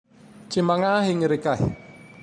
Tsy magnahy igny rikahe!